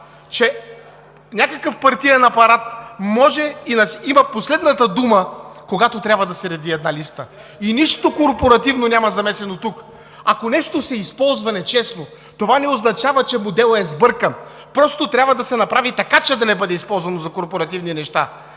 че някакъв партиен апарат може и има последната дума, когато трябва да се реди една листа и нищо корпоративно няма замесено тук. Ако нещо се използва нечестно, това не означава, че моделът е сбъркан. Просто трябва да се направи така, че да не бъде използвано за корпоративни цели.